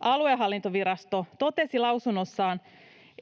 Aluehallintovirasto totesi lausunnossaan,